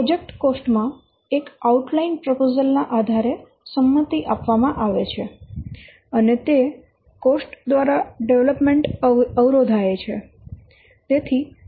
project cost માં એક outline proposal ના આધારે સંમતિ આપવામાં આવે છે અને તે કોસ્ટ દ્વારા ડેવલપમેન્ટ અવરોધાય છે